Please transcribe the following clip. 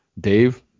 Dave